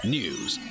news